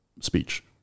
speech